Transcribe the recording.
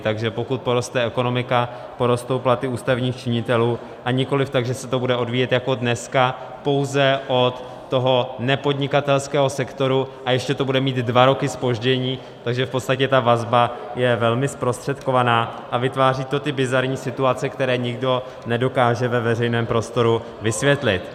Takže pokud poroste ekonomika, porostou platy ústavních činitelů, a nikoliv tak, že se to bude odvíjet jako dneska pouze od toho nepodnikatelského sektoru, a ještě to bude mít dva roky zpoždění, takže v podstatě ta vazba je velmi zprostředkovaná a vytváří to ty bizarní situace, které nikdo nedokáže ve veřejném prostoru vysvětlit.